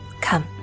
come.